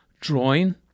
drawing